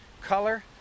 color